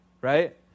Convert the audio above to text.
right